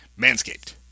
Manscaped